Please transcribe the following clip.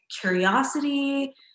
curiosity